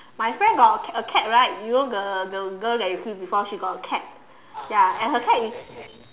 my friend got a cat right you know the the girl that you see before she got a cat ya and her cat is